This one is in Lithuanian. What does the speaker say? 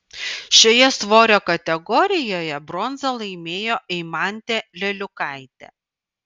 šioje svorio kategorijoje bronzą laimėjo eimantė leliukaitė